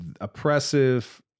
Oppressive